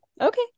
okay